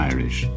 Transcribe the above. Irish